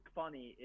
funny